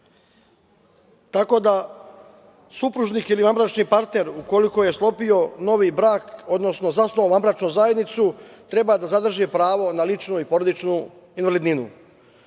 tako da supružnik ili vanbračni partner ukoliko je sklopio novi brak odnosno zasnovao vanbračnu zajednicu treba da zadrži pravo na ličnu i porodičnu invalidninu. Takvih